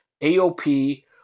AOP